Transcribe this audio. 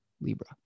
Libra